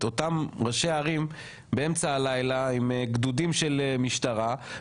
אותם ראשי ערים באמצע הלילה עם גדודים של משטרה,